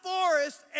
forest